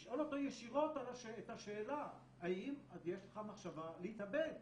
לשאול אותו ישירות את השאלה האם יש לך מחשבה להתאבד?